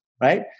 right